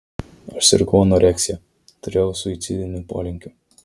aš sirgau anoreksija turėjau suicidinių polinkių